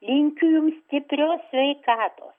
linkiu jums stiprios sveikatos